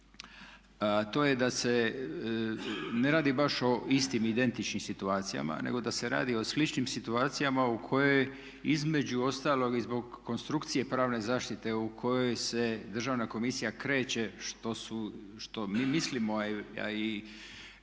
to je da se ne radi baš o istim identičnim situacijama, nego da se radi o sličnim situacijama u kojoj između ostalog i zbog konstrukcije pravne zaštite u kojoj se Državna komisija kreće što mi mislimo, a i